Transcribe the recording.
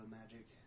magic